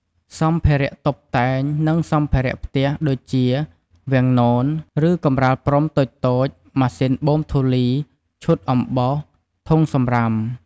សម្ភារៈតុបតែង និងសម្អាតផ្ទះ ដូចជា វាំងនន ឬកម្រាលព្រំតូចៗ ម៉ាស៊ីនបូមធូលី ឈុតអំបោស ធុងសំរាម ។